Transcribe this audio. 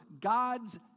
God's